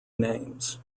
names